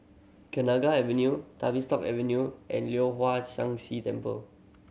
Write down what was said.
Kenanga Avenue Tavistock Avenue and Leong Hwa Sang Si Temple